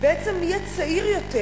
בעצם יהיה צעיר יותר,